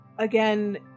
again